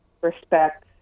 respect